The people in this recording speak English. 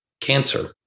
cancer